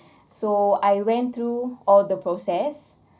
so I went through all the process